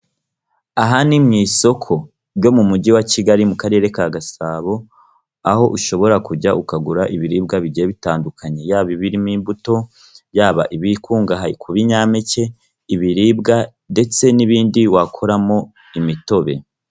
Ahan ni mu isoko ryo mu mujyi wa Kigali mu karere ka Gasabo, aho ushobora kujya ukagura ibiribwa bigiye bitandukanye, yaba ibirimo imbuto yaba ibikungahaye ku binyampeke, ibiribwa ndetse n'ibindi wakoramo imitobe.